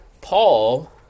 Paul